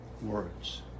words